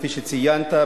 כפי שציינת,